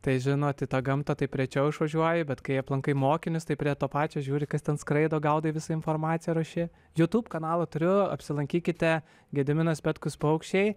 tai žinot tą gamtą tai rečiau išvažiuoju bet kai aplankai mokinius tai prie to pačio žiūri kas ten skraido gaudai visą informaciją ruoši jutub kanalą turiu apsilankykite gediminas petkus paukščiai